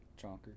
Chonker